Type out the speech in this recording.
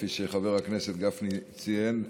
כפי שחבר הכנסת גפני ציין,